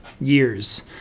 years